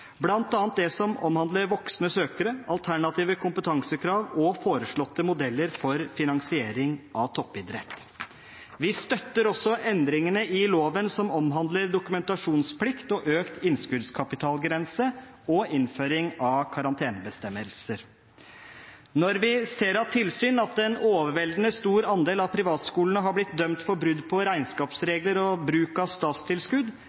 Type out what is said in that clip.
bl.a. det som omhandler voksne søkere, alternative kompetansekrav og foreslåtte modeller for finansiering av toppidrett. Vi støtter også endringene i loven som omhandler dokumentasjonsplikt og økt innskuddskapitalgrense og innføring av karantenebestemmelser. Når vi ser av tilsyn at en overveldende stor andel av privatskolene har blitt dømt for brudd på regnskapsregler og bruk av statstilskudd,